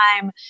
time